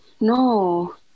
No